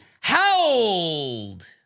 howled